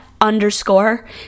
underscore